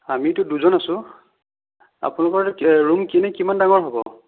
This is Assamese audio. আমিতো দুজন আছোঁ আপোনালোকৰ ৰুম এনেই কিমান ডাঙৰ হ'ব